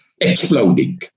exploding